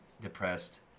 depressed